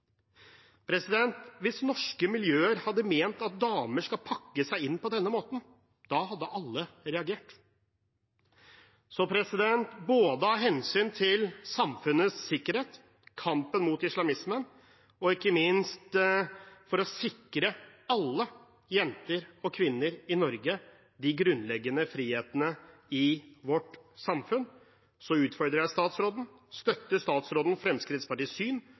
Hvis norske miljøer hadde ment at damer skal pakke seg inn på denne måten, hadde alle reagert. Så av hensyn til både samfunnets sikkerhet, kampen mot islamismen og ikke minst for å sikre alle jenter og kvinner i Norge de grunnleggende frihetene i vårt samfunn utfordrer jeg statsråden: Støtter statsråden Fremskrittspartiets syn